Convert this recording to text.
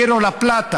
קיירו לה פלטה.